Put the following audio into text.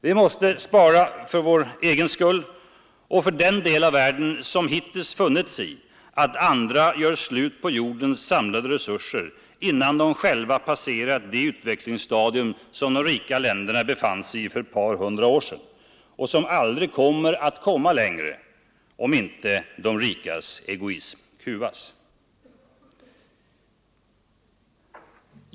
Vi måste spara, för vår egen skull och för den del av världen som hittills funnit sig i att andra gör slut på jordens samlade resurser, innan de själva passerat det utvecklingsstadium som de rika länderna befann sig i för ett par hundra år sedan, och som aldrig kommer längre om de rikas egoism inte kuvas.